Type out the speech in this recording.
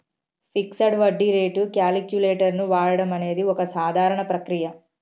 fixed వడ్డీ rate calculator వాడడం అనేది ఒక సాధారణ ప్రక్రియ